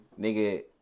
nigga